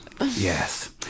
Yes